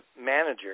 manager